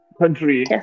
country